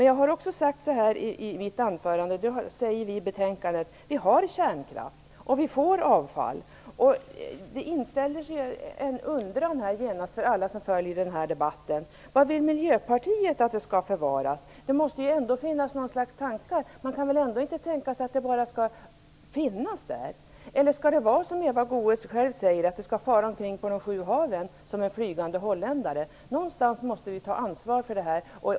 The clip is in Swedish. Jag sade i mitt anförande, och det säger även utskottet i betänkandet: Vi har kärnkraft, och vi får avfall. Det inställer sig genast en undran för alla som följer den här debatten. Var vill Miljöpartiet att avfallet skall förvaras? Det måste ändå finnas någon slags tanke om det. Det kan väl ändå inte bara finnas där. Eller skall det vara som Eva Goës själv säger, att det skall fara omkring på de sju haven som en flygande holländare? Någonstans måste vi ta ansvar för avfallet.